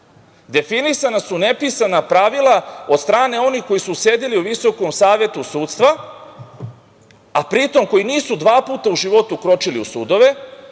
Definisana su nepisana pravila od strane onih koji su sedeli u Visokom savetu sudstva, a pritom koji nisu dva puta u životu kročili u sudove,